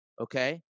Okay